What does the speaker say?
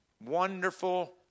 wonderful